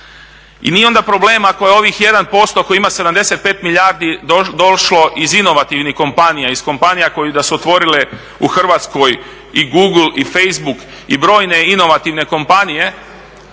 I nije onda problem ako je ovih 1% ako ima 75 milijardi došlo iz inovativnih kompanija, iz kompanija koje da su otvorile u Hrvatskoj i google i facebook i brojne inovativne kompanije,